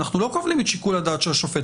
אנחנו לא כובלים את שיקול הדעת של השופט.